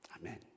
Amen